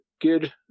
good